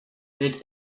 hid